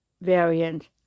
variant